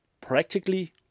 practically